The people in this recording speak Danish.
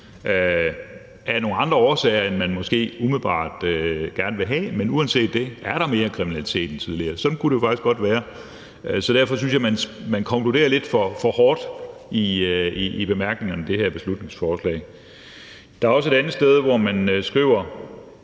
af nogle andre årsager, end man måske umiddelbart gerne vil have, men at der uanset det er mere kriminalitet end tidligere. Sådan kunne det jo faktisk godt være. Så derfor synes jeg, at man konkluderer lidt for hårdt i bemærkningerne i det her beslutningsforslag. Der er også et andet sted, hvor man skriver: